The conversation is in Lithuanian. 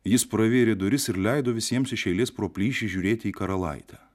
jis pravėrė duris ir leido visiems iš eilės pro plyšį žiūrėti į karalaitę